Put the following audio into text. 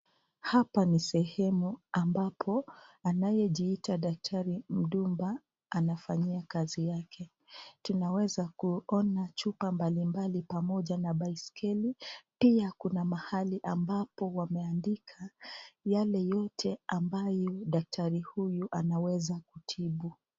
Hapa ni sehemu ambapo anayejiita daktari Mdumba anafanyia kazi yake. Tunaweza kuona chupa mbali mbali pamoja na baiskeli pia kuna mahali ambapo wameandika yale yote ambayo daktari huyu anaweza kutibu.